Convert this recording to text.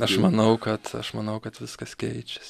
aš manau aš manau kad viskas keičiasi